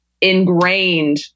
ingrained